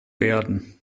werden